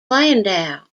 landau